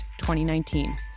2019